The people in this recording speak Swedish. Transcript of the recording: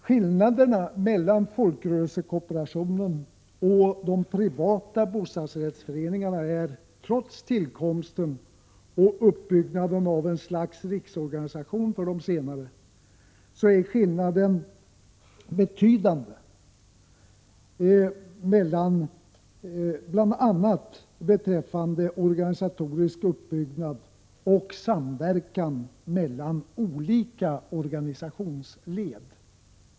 Skillnaden mellan folkrörelsekooperationen och de privata bostadsrättsföreningarna är, trots tillkomsten och uppbyggnaden av ett slags riksorganisation för de senare, betydande bl.a. beträffande organisatorisk uppbyggnad och samverkan mellan olika organisationsled.